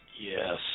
yes